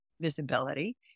visibility